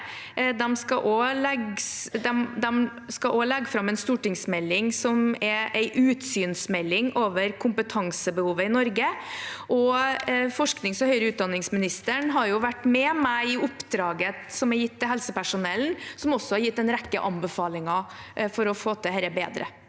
de skal også legge fram for Stortinget en utsynsmelding over kompetansebehovet i Norge. Forsknings- og høyere utdanningsministeren har vært med meg i oppdraget som er gitt til helsepersonellkommisjonen, som også har gitt en rekke anbefalinger for å få til dette bedre.